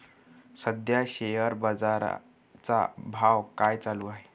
सध्या शेअर बाजारा चा भाव काय चालू आहे?